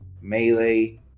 Melee